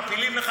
מפילים לך,